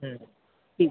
ठीक